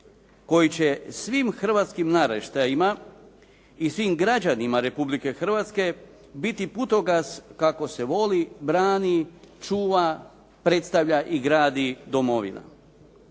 koji će svim hrvatskim naraštajima i svim građanima Republike Hrvatske biti putokaz kako se voli, brani, čuva, predstavlja i gradi domovina.